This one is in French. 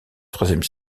troisième